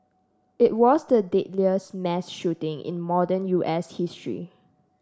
it was the deadliest mass shooting in modern U S history